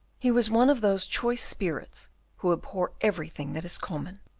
he was one of those choice spirits who abhor everything that is common,